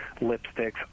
lipsticks